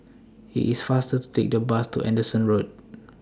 IT IS faster to Take The Bus to Anderson Road